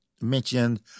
mentioned